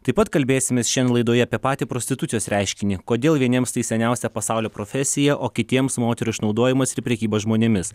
taip pat kalbėsimės šian laidoje apie patį prostitucijos reiškinį kodėl vieniems tai seniausia pasaulio profesija o kitiems moterų išnaudojimas ir prekyba žmonėmis